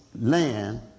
Land